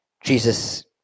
Jesus